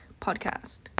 podcast